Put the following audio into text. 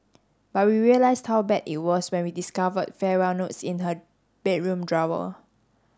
but we realised how bad it was when we discovered farewell notes in her bedroom drawer